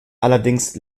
allerdings